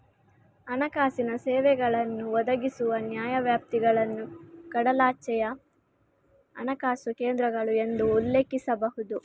ಹಣಕಾಸಿನ ಸೇವೆಗಳನ್ನು ಒದಗಿಸುವ ನ್ಯಾಯವ್ಯಾಪ್ತಿಗಳನ್ನು ಕಡಲಾಚೆಯ ಹಣಕಾಸು ಕೇಂದ್ರಗಳು ಎಂದು ಉಲ್ಲೇಖಿಸಬಹುದು